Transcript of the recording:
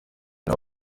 aba